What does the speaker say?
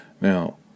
Now